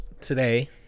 today